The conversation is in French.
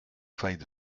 failles